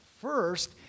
First